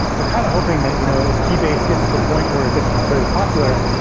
we're kind of hoping that you know if keybase gets to the point where it gets very popular,